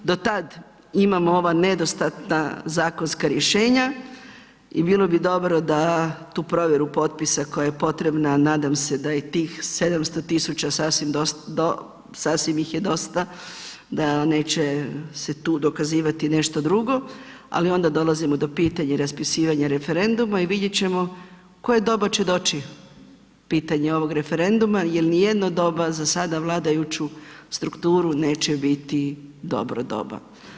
Do tad imamo ova nedostatna zakonska rješenja i bilo bi dobro da tu provjeru potpisa koja je potrebna, nadam se da i tih 700 tisuća sasvim ih je dosta, da neće se tu dokazivati nešto drugo, ali onda dolazimo do pitanja raspisivanja referenduma i vidjet ćemo koje doba će doći pitanje ovog referenduma jer nijedno doba za sada vladajuću strukturu neće biti dobro doba.